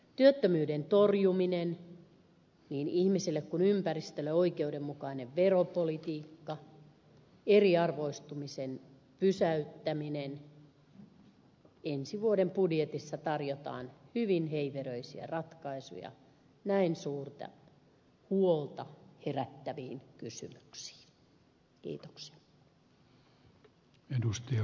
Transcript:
työttömyyden torjuminen niin ihmisille kuin ympäristöllekin oikeudenmukainen veropolitiikka eriarvoistumisen pysäyttäminen ensi vuoden budjetissa tarjotaan hyvin heiveröisiä ratkaisuja näin suurta huolta herättäviin kysymyksiin